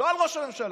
לא על ראש הממשלה.